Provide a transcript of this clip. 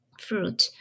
fruit